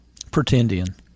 Pretendian